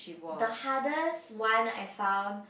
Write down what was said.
the hardest one I found